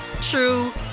true